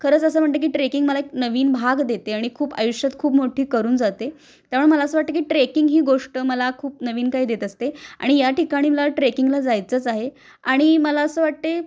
खरंच असं म्हणते की ट्रेकिंग मला एक नवीन भाग देते आणि खूप आयुष्यात खूप मोठी करून जाते त्यामुळे मला असं वाटतं की ट्रेकिंग ही गोष्ट मला खूप नवीन काही देत असते आणि या ठिकाणी मला ट्रेकिंगला जायचंच आहे आणि मला असं वाटते